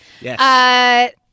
Yes